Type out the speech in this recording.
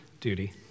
duty